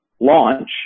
launch